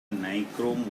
nichrome